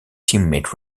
teammate